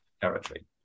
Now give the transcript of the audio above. territory